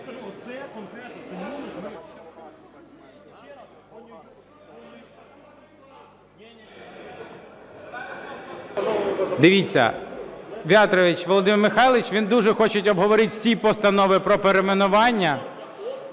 Дивіться, В'ятрович Володимир Михайлович, він дуже хоче обговорити всі постанови про перейменування.